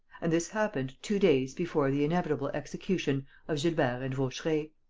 and this happened two days before the inevitable execution of gilbert and vaucheray.